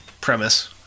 premise